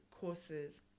courses